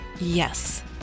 yes